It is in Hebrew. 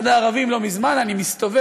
אני חושב שצריך את זה.